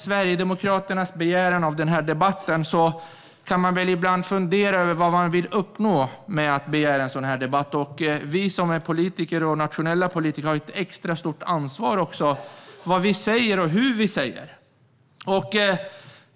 Sverigedemokraterna har begärt den här debatten. Man kan ibland fundera över vad de vill uppnå med att begära en sådan debatt. Vi som är politiker och nationella politiker har ett extra stort ansvar för vad vi säger och hur vi säger det.